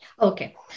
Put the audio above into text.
Okay